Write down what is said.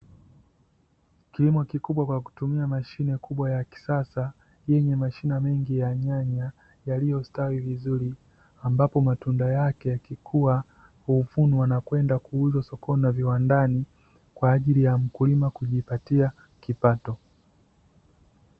Kilimo kikubwa kwa kutumia mashine kubwa ya kisasa yenye mashina mengi ya nyanya yaliyositawi vizuri, ambapo matunda yake yakikua huvunwa na kwenda kuuzwa sokoni na viwandani, kwa ajili ya mkulima kujipatia kipato.